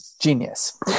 genius